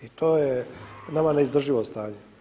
I to je nama neizdrživo stanje.